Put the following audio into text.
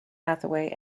hathaway